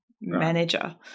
manager